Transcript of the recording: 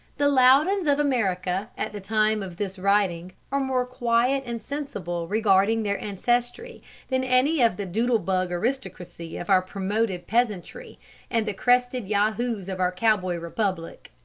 the loudons of america at the time of this writing are more quiet and sensible regarding their ancestry than any of the doodle-bug aristocracy of our promoted peasantry and the crested yahoos of our cowboy republic.